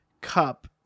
cup